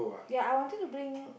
ya I wanted to bring